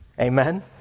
Amen